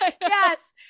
yes